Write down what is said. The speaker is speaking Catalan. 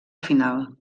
final